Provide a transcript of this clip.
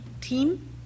team